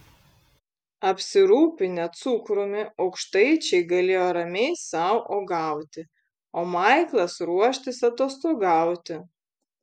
apsirūpinę cukrumi aukštaičiai galėjo ramiai sau uogauti o maiklas ruoštis atostogauti